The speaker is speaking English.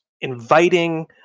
inviting